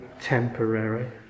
temporary